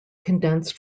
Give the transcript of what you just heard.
condensed